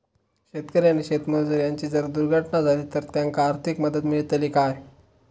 शेतकरी आणि शेतमजूर यांची जर दुर्घटना झाली तर त्यांका आर्थिक मदत मिळतली काय?